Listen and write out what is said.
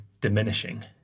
diminishing